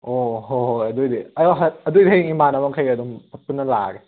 ꯑꯣ ꯍꯣꯍꯣꯏ ꯑꯗꯨꯏꯗꯤ ꯑꯣ ꯍꯣꯏ ꯑꯗꯨꯗꯤ ꯍꯌꯦꯡ ꯏꯃꯥꯟꯅꯕꯈꯩꯒ ꯑꯗꯨꯝ ꯄꯨꯟꯅ ꯂꯥꯛꯑꯒꯦ